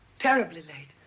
terribly late.